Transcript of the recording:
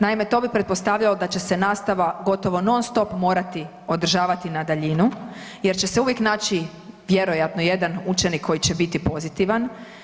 Naime, to bi pretpostavljao da će se nastava gotovo non-stop morati održavati na daljinu jer će se uvijek naći vjerojatno, jedan učenik koji će biti pozitivan.